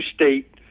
state